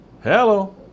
hello